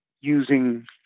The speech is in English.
using